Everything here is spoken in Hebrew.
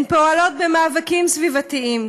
הן פועלות במאבקים סביבתיים,